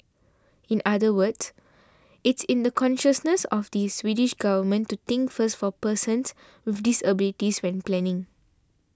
in other words it's in the consciousness of the Swedish government to think first for persons with disabilities when planning